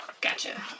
Gotcha